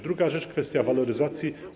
Druga rzecz: kwestia waloryzacji.